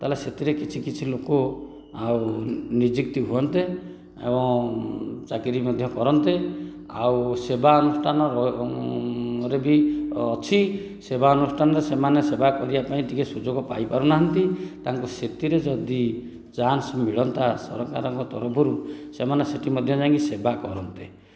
ତାହେଲେ ସେଥିରେ କିଛ କିଛି ଲୋକ ଆଉ ନିଯୁକ୍ତି ହୁଅନ୍ତେ ଏବଂ ଚାକିରି ମଧ୍ୟ କରନ୍ତେ ଆଉ ସେବା ଅନୁଷ୍ଠାନ ରେ ବି ଅଛି ସେବା ଅନୁଷ୍ଠାନରେ ସେମାନେ ସେବା କରିବା ପାଇଁ ଟିକେ ସୁଯୋଗ ପାଇପାରୁ ନାହାନ୍ତି ତାଙ୍କୁ ସେଥିରେ ଯଦି ଚାନ୍ସ ମିଳନ୍ତା ସରକାରଙ୍କ ତରଫରୁ ସେମାନେ ସେଠି ମଧ୍ୟ ଯାଇକି ସେବା କରନ୍ତେ